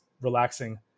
relaxing